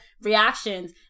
reactions